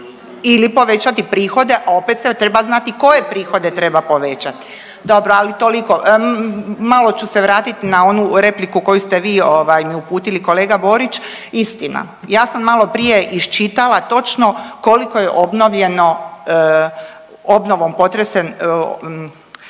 ili povećati prihode opet se treba znati koje prihode treba povećati. Dobro, ali toliko. Malo ću se vratiti na onu repliku koju ste vi ovaj mi uputili kolega Borić. Istina ja sam maloprije iščitala točno koliko je obnovljeno obnovom potresen,